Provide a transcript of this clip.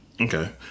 Okay